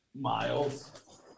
Miles